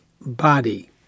body